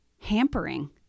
hampering